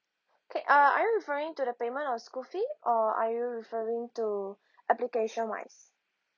okay ah are you referring to the payment of school fee or are you referring to application wise